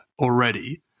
already